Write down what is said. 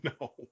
No